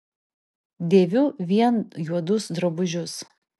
dėviu vien juodus drabužius